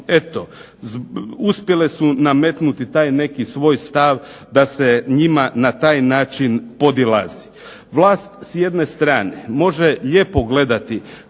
eto uspjele su nametnuti taj neki svoj stav da se njima na taj način podilazi. Vlast s jedne strane može lijepo gledati